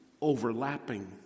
overlapping